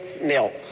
milk